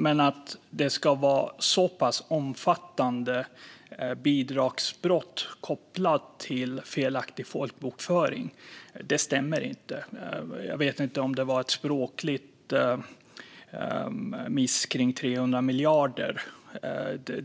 Men att så pass omfattande bidragsbrott är kopplade till felaktig folkbokföring stämmer inte. Jag vet inte om det var en språklig miss när det gällde de